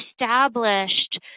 established